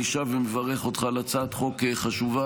אני שב ומברך אותך על הצעת חוק חשובה,